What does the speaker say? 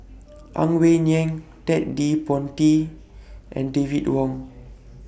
Ang Wei Neng Ted De Ponti and David Wong